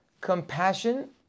compassion